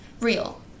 real